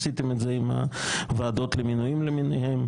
עשיתם את זה עם הוועדות למינויים למיניהן,